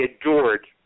adored